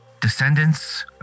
descendants